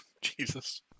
Jesus